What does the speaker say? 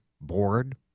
bored